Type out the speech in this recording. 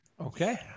Okay